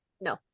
No